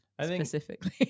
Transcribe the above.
specifically